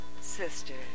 sisters